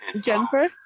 Jennifer